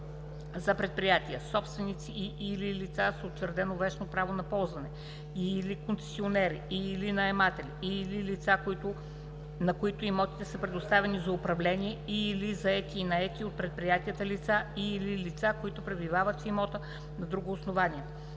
за предприятия – собственици и/или лица с учредено вещно право на ползване, и/или концесионери, и/или наематели, и/или лица, на които имотите са предоставени за управление, и/или заети и наети от предприятията лица, и/или лица, които пребивават в имота на друго основание.